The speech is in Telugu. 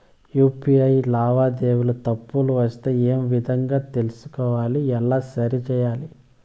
యు.పి.ఐ లావాదేవీలలో తప్పులు వస్తే ఏ విధంగా తెలుసుకోవాలి? ఎలా సరిసేయాలి?